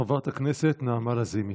חברת הכנסת נעמה לזימי.